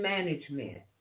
Management